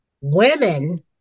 women